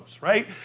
right